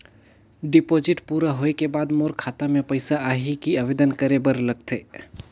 Deposit पूरा होय के बाद मोर खाता मे पइसा आही कि आवेदन करे बर लगथे?